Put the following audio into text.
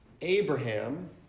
Abraham